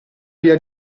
via